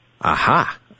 Aha